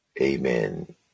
Amen